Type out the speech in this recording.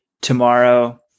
tomorrow